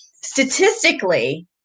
statistically